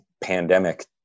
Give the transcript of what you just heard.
pandemic